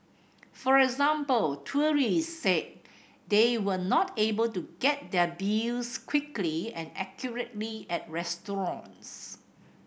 for example tourists said they were not able to get their bills quickly and accurately at restaurants